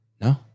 no